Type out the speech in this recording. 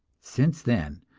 since then,